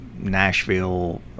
Nashville